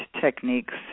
techniques